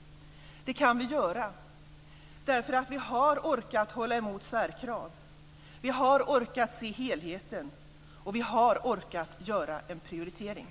Det kan vi göra därför att vi har orkat hålla emot särkrav. Vi har orkat se helheten och vi har orkat göra en prioritering.